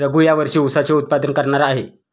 रघू या वर्षी ऊसाचे उत्पादन करणार आहे